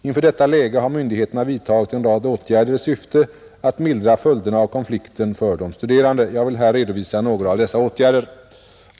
Inför detta läge har myndigheterna vidtagit en rad åtgärder i syfte att mildra följderna av konflikten för de studerande. Jag vill här redovisa några av dessa åtgärder.